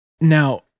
Now